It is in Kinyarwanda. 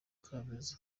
kabeza